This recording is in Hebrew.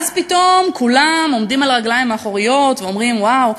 ואז פתאום כולם עומדים על הרגליים האחוריות ואומרים: וואו,